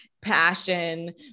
passion